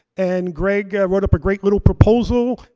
and greg wrote up a great little proposal.